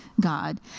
God